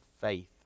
faith